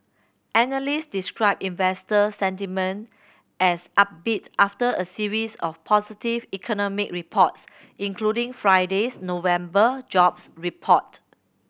analyst described investor sentiment as upbeat after a series of positive economic reports including Friday's November jobs report